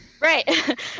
Right